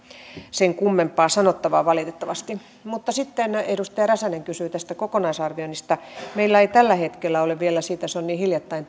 sen kummempaa sanottavaa valitettavasti sitten edustaja räsänen kysyi tästä kokonaisarvioinnista meillä ei tällä hetkellä ole vielä sitä tämä lainsäädäntö on niin hiljattain